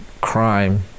crime